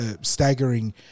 staggering